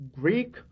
Greek